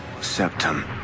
Septum